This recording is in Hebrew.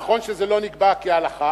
נכון שזה לא נקבע כהלכה,